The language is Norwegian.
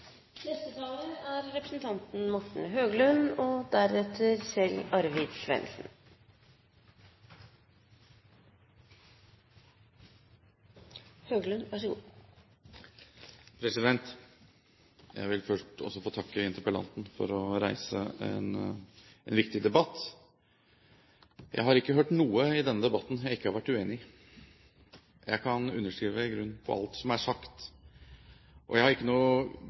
Jeg vil først også få takke interpellanten for å reise en viktig debatt. Jeg har ikke hørt noe i denne debatten som jeg ikke har vært enig i. Jeg kan i grunnen underskrive på alt som er sagt. Jeg har ikke noe